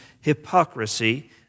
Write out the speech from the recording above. hypocrisy